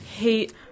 Hate